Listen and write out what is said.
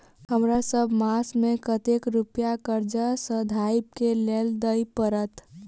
हमरा सब मास मे कतेक रुपया कर्जा सधाबई केँ लेल दइ पड़त?